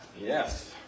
Yes